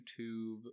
YouTube